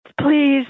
Please